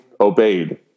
Obeyed